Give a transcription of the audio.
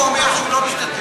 אם הוא אומר שהוא לא משתתף.